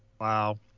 Wow